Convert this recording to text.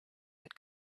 had